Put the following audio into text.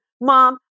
Mom